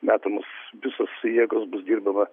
metamos visus jėgos bus dirbama